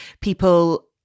people